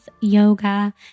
yoga